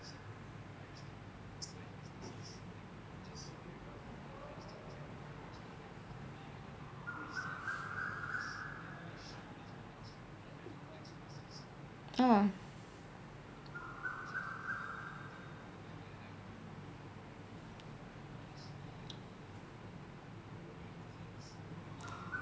oh